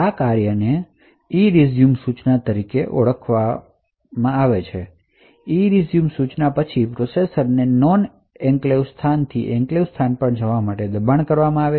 આ કાર્ય પછી ERESUME સૂચના ચાલશે અને ERESUME સૂચના પછી પ્રોસેસરને નોન એન્ક્લેવ્સ સ્થાનથી એન્ક્લેવ્સ સ્થાન પર જવા માટે દબાણ કરશે